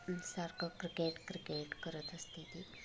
सारखं cricket cricket करत असतात